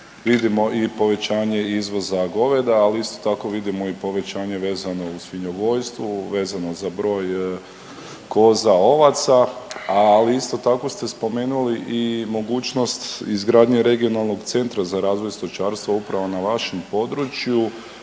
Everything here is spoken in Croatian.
vidimo i povećanje izvoza goveda, ali isto tako vidimo i povećanje vezano u svinjogojstvu, vezano za broj koza, ovaca, ali isto tako ste spomenuli i mogućnost izgradnje regionalnog centra za razvoj stočarstva upravo na vašem području.